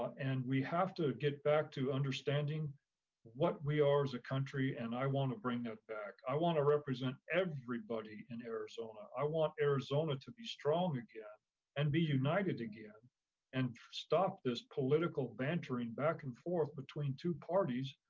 and we have to get back to understanding what we are as a country and i wanna bring it back. i wanna represent everybody in arizona. i want arizona to be strong again and be united again and stop this political bantering back and forth between two parties,